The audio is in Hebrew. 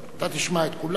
אתה תשמע את כולם.